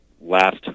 last